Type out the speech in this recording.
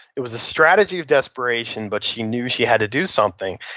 it was a strategy of desperation but she knew she had to do something.